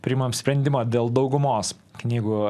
priimam sprendimą dėl daugumos knygų